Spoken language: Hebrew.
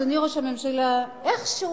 אדוני ראש הממשלה: איכשהו,